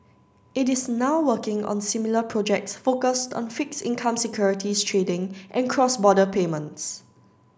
it is now working on similar projects focused on fixed income securities trading and cross border payments